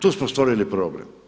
Tu smo stvorili problem.